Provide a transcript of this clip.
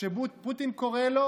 כשפוטין קורא לו,